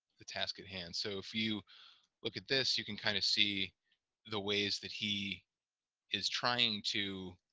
the task at hand, so if you look at this you can kind of see the ways that he is trying to